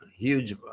huge